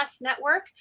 Network